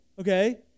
okay